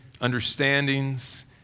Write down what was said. understandings